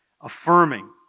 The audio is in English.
affirming